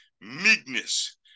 meekness